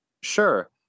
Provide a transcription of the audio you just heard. Sure